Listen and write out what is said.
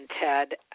Ted